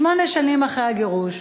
שמונה שנים אחרי הגירוש,